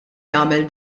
jagħmel